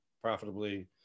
profitably